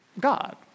God